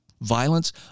violence